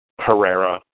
Herrera